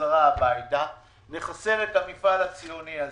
חזרה הביתה ונחסל את המפעל הציוני הזה.